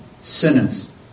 sinners